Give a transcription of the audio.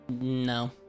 No